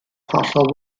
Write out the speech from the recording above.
hollol